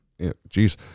Jeez